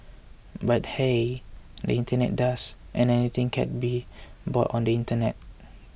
but hey the internet does and anything can be bought on the internet